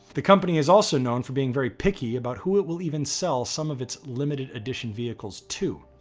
the company is also known for being very picky about who it will even sell some of its limited edition vehicles to.